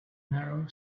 narrow